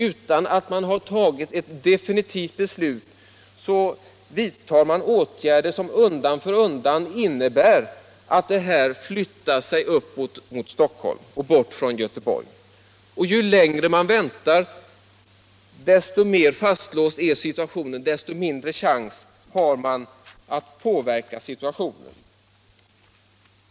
Utan att något definitivt beslut har fattats vidtas åtgärder som innebär att ekonomidriften undan för undan flyttas upp till Stockholm och bort från Göteborg. Och ju längre man väntar med diskussionerna, desto mer fastlåst blir situationen och desto mindre chans har man att påverka den.